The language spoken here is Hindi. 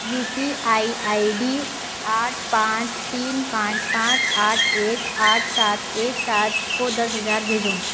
you P I I D आठ पाँच तीन पाँच पाँच आठ एक आठ सात एक सात को दस हज़ार भेजो